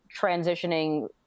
transitioning